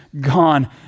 gone